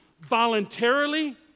voluntarily